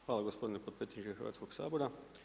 Hvala gospodine potpredsjedniče Hrvatskoga sabora.